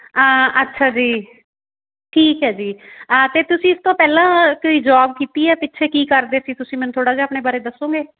ਅੱਛਾ ਜੀ ਠੀਕ ਹੈ ਜੀ ਅਤੇ ਤੁਸੀਂ ਇਸ ਤੋਂ ਪਹਿਲਾਂ ਕੋਈ ਜੋਬ ਕੀਤੀ ਹੈ ਪਿੱਛੇ ਕੀ ਕਰਦੇ ਸੀ ਤੁਸੀਂ ਮੈਨੂੰ ਥੋੜ੍ਹਾ ਜਿਹਾ ਆਪਣੇ ਬਾਰੇ ਦੱਸੋਗੇ